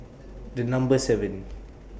The Number seven